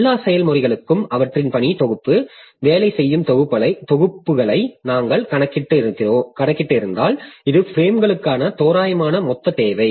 எல்லா செயல்முறைகளுக்கும் அவற்றின் பணி தொகுப்பு வேலை செய்யும் தொகுப்புகளை நாங்கள் கணக்கிட்டிருந்தால் இது பிரேம்களுக்கான தோராயமான மொத்த தேவை